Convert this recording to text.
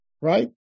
right